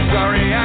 Sorry